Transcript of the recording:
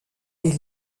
les